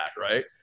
right